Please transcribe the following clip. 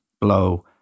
blow